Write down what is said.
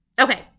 Okay